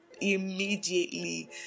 immediately